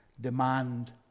demand